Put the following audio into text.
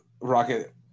Rocket